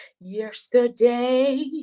Yesterday